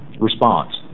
Response